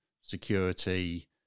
security